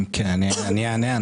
אני אענה.